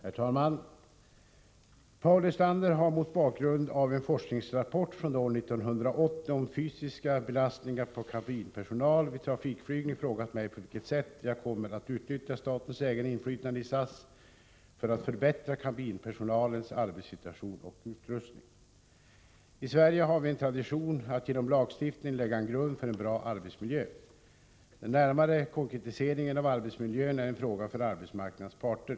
Herr talman! Paul Lestander har mot bakgrund av en forskningsrapport från år 1980 om fysiska belastningar på kabinpersonal vid trafikflygning frågat mig, på vilket sätt jag kommer att utnyttja statens ägarinflytande i SAS för att förbättra kabinpersonalens arbetssituation och utrustning. I Sverige har vi en tradition att genom lagstiftning lägga en grund för en bra arbetsmiljö. Den närmare konkretiseringen av arbetsmiljön är en fråga för arbetsmarknadens parter.